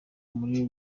muri